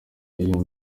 iyo